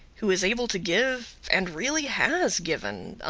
who is able to give, and really has given,